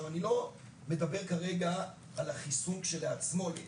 אני לא מדבר כרגע על החיסון כשלעצמו את הילדים,